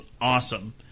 awesome